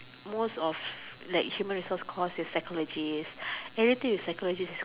most of like human resource course is psychologist anything with psychologist